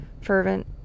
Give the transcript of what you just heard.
fervent